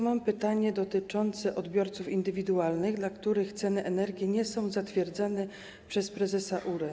Mam pytanie dotyczące odbiorców indywidualnych, dla których ceny energii nie są zatwierdzane przez prezesa URE.